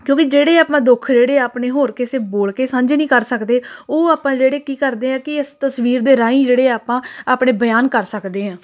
ਕਿਉਂਕਿ ਜਿਹੜੇ ਆਪਾਂ ਦੁੱਖ ਜਿਹੜੇ ਆ ਆਪਣੇ ਹੋਰ ਕਿਸੇ ਬੋਲ ਕੇ ਸਾਂਝੇ ਨਹੀਂ ਕਰ ਸਕਦੇ ਉਹ ਆਪਾਂ ਜਿਹੜੇ ਕੀ ਕਰਦੇ ਹਾਂ ਕਿ ਇਸ ਤਸਵੀਰ ਦੇ ਰਾਹੀਂ ਜਿਹੜੇ ਆਪਾਂ ਆਪਣੇ ਬਿਆਨ ਕਰ ਸਕਦੇ ਹਾਂ